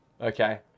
Okay